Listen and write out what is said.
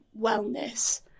wellness